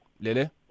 Lele